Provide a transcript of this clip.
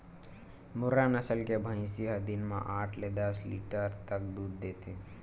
मुर्रा नसल के भइसी ह दिन म आठ ले दस लीटर तक दूद देथे